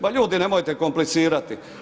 Ma ljudi, nemojte komplicirati.